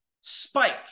spike